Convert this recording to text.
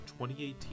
2018